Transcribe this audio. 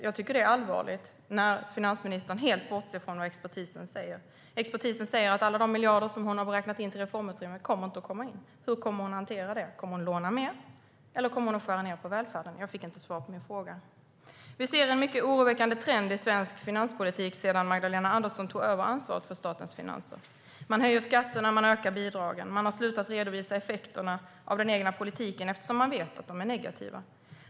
Jag tycker att det är allvarligt när finansministern helt bortser från vad expertisen säger. Expertisen säger att alla de miljarder som hon har räknat in i reformutrymmet inte kommer att komma in. Hur kommer hon att hantera det? Kommer hon att låna mer eller kommer hon att skära ned på välfärden? Jag fick inte svar på min fråga. Vi ser en mycket oroväckande trend i svensk finanspolitik sedan Magdalena Andersson tog över ansvaret för statens finanser. Man höjer skatterna och ökar bidragen. Man har slutat redovisa effekterna av den egna politiken eftersom man vet att de är negativa.